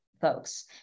folks